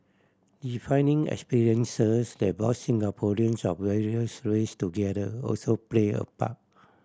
defining experiences that brought Singaporeans of various race together also play a part